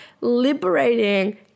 liberating